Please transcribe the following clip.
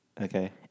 Okay